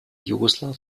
yugoslav